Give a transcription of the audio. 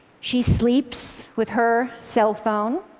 she sleeps with her cellphone,